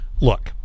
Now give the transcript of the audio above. look